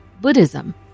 Buddhism